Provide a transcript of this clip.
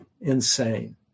Insane